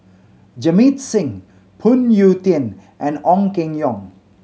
Jamit Singh Phoon Yew Tien and Ong Keng Yong